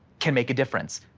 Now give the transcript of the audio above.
can make a difference.